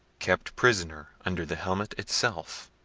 kept prisoner under the helmet itself,